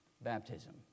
Baptism